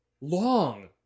Long